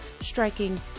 striking